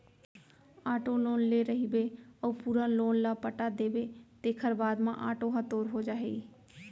auto loan ले रहिबे अउ पूरा लोन ल पटा देबे तेखर बाद म आटो ह तोर हो जाही